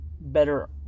better